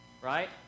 right